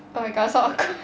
oh my god so awkward